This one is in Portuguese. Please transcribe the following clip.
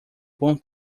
bom